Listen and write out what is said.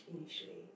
initially